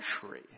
country